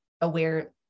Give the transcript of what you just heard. aware